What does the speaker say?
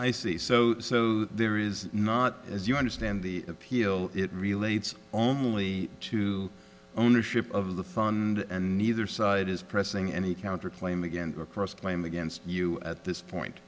i see so there is not as you understand the appeal it relates only to ownership of the fund and neither side is pressing any counter claim again across claims against you at this point